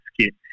skit